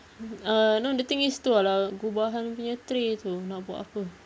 err no the thing is tu ah lah gubahan punya tray tu nak buat apa